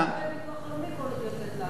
תקבל ביטוח לאומי כל עוד היא יוצאת לעבוד.